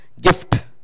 gift